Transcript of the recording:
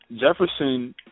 Jefferson